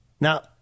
Now